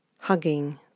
hugging